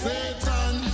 Satan